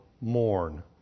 mourn